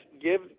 Give